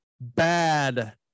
bad